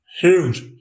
huge